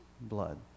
blood